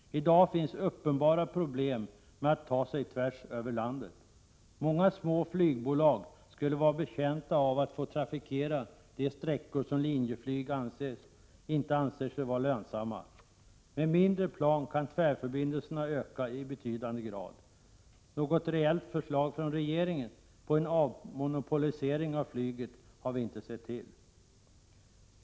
I dag finns uppenbara problem med att ta sig tvärs över landet. Många små flygbolag skulle vara betjänta av att få trafikera de sträckor som Linjeflyg inte anser vara lönsamma. Med mindre plan kan tvärförbindelserna öka i betydande grad. Något reellt förslag från regeringen om en avmonopolisering av flyget har vi inte sett till.